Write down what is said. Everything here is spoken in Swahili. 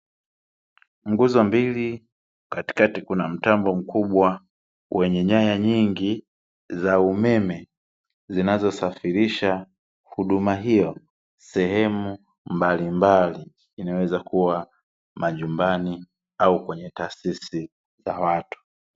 Nguzo mbili katikati kuna mtambo mkubwa wenye nyaya nyingi za umeme, zinazosafirisha huduma hiyo sehemu mbalimbali. Inaweza kuwa majumbani au kwenye taasisi za watu.